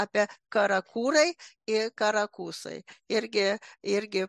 apie karakurai i karakusai irgi irgi